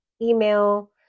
email